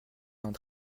vingt